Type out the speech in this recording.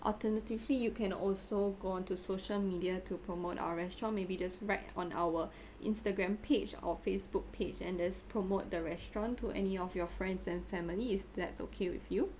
alternatively you can also go on to social media to promote our restaurant maybe just write on our instagram page or facebook page and there's promote the restaurant to any of your friends and family if that's okay with you